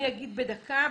אני אגיד בדקה,